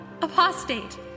apostate